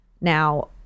Now